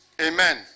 Amen